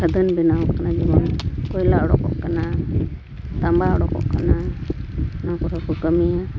ᱠᱷᱟᱫᱟᱱ ᱵᱮᱱᱟᱣ ᱠᱟᱱᱟ ᱡᱮᱢᱚᱱ ᱠᱚᱭᱞᱟ ᱩᱰᱩᱠᱚᱜ ᱠᱟᱱᱟ ᱛᱟᱢᱵᱟ ᱩᱰᱩᱠᱚᱜ ᱠᱟᱱᱟ ᱚᱱᱟ ᱠᱚᱨᱮ ᱠᱚ ᱠᱟᱹᱢᱤᱭᱟ